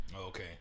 Okay